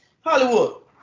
Hollywood